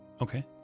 Okay